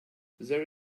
there